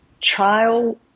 trial